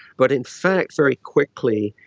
but in fact very quickly,